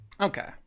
Okay